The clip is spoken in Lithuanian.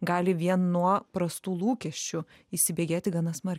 gali vien nuo prastų lūkesčių įsibėgėti gana smarkiai